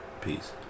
Peace